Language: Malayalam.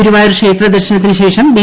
ഗുരുവായൂർ ക്ഷേത്രദർശനത്തിനു ശേഷം ബി